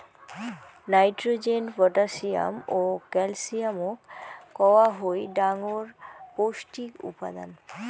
nitrogen, potassium ও ক্যালসিয়ামক কওয়া হই ডাঙর পৌষ্টিক উপাদান